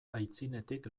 aitzinetik